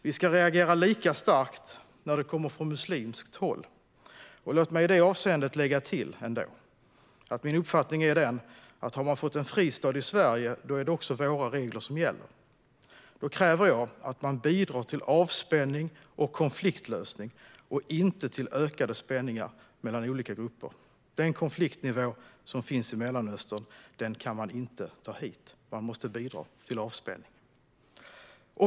Vi ska reagera lika starkt när den kommer från muslimskt håll, och låt mig i det avseendet lägga till att min uppfattning är den att har man fått en fristad i Sverige, då är det också våra regler som gäller. Då kräver jag att man bidrar till avspänning och konfliktlösning - inte till ökade spänningar mellan olika grupper. Den konfliktnivå som finns i Mellanöstern kan man inte ta hit. Man måste bidra till avspänning.